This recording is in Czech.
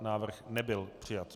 Návrh nebyl přijat.